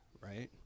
right